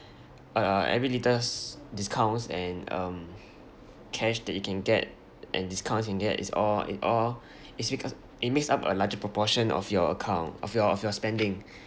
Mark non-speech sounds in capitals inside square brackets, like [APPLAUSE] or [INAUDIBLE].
uh every little discounts and um [NOISE] cash that you can get and discounts you can get is all it all is because it makes up a larger proportion of your account of your of your spending